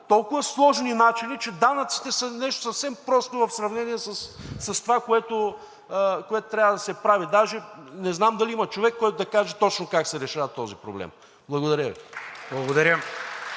толкова сложни начини, че данъците са нещо съвсем просто в сравнение с това, което трябва да се прави. Даже не знам дали има човек, който да каже точно как се решава този проблем. Благодаря Ви.